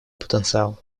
потенциал